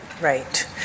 Right